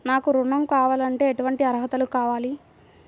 నాకు ఋణం కావాలంటే ఏటువంటి అర్హతలు కావాలి?